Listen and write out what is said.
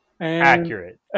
Accurate